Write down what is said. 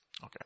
Okay